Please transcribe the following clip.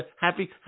happy